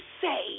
say